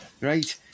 Right